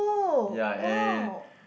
ya and